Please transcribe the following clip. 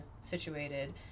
situated